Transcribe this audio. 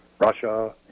Russia